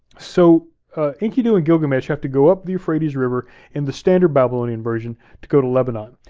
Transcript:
so enkidu and gilgamesh have to go up the euphrates river in the standard babylonian version to go to lebanon.